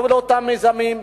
טוב לאותם מיזמים,